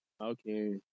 Okay